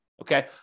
Okay